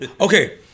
Okay